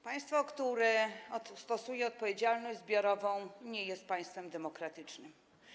Państwo, które stosuje odpowiedzialność zbiorową, nie jest państwem demokratycznym.